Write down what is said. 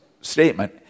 statement